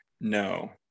No